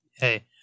Hey